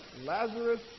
Lazarus